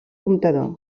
comptador